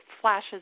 flashes